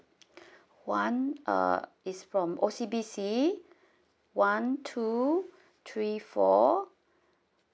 one uh is from O_C_B_C one two three four